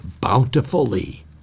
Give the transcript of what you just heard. bountifully